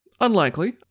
Unlikely